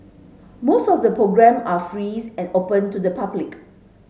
most of the programme are frees and open to the public